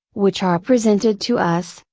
which are presented to us,